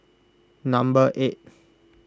number eight